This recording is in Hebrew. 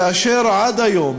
כאשר עד היום,